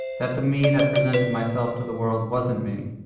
that the me that presented myself to the world wasn't me,